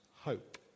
hope